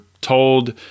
told